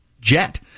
jet